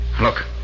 Look